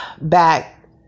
back